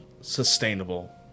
sustainable